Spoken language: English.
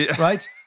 right